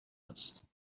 است